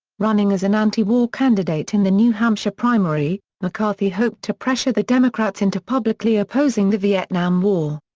running as an anti-war candidate in the new hampshire primary, mccarthy hoped to pressure the democrats into publicly opposing the vietnam war.